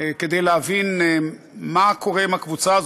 כדי להבין מה קורה עם הקבוצה הזאת,